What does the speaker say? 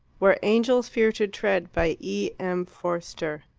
where angels fear to tread by e. m. forster